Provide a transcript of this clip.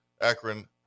Akron